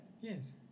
Yes